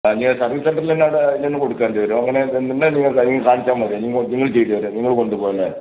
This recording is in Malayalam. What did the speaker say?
ആ ഇനി സർവീസ് സെൻറ്ററിൽ തന്നെ അവിടെ ഇതൊന്നു കൊടുക്കേണ്ടി വരും അങ്ങനെ നിങ്ങൾ ഇനിയൊന്നു കാണിച്ചാൽ മതി നിങ്ങൾ ചെയ്തുതരും നിങ്ങൾ കൊണ്ടുപോകും അല്ലെ